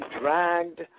dragged